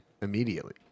immediately